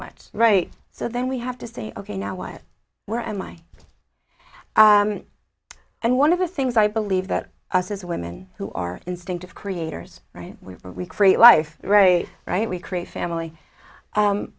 much right so then we have to say ok now what where am i and one of the things i believe that us as women who are instinctive creators right we recreate life right right we create family